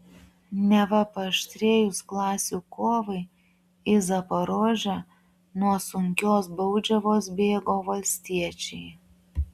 neva paaštrėjus klasių kovai į zaporožę nuo sunkios baudžiavos bėgo valstiečiai